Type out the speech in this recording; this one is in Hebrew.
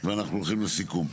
ואנחנו הולכים לסיכום.